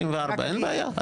אין בעיה,